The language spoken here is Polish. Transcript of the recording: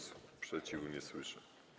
Sprzeciwu nie słyszę.